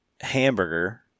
hamburger